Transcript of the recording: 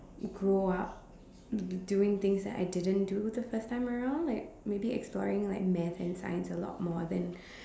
grow up doing things that I didn't do the first time around like maybe exploring like math and science a lot more than